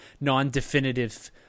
non-definitive